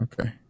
okay